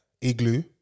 Igloo